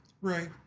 Right